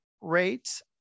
rate